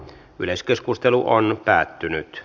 yleiskeskustelu on päättynyt